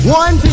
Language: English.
one